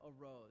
arose